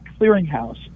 clearinghouse